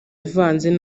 ivanze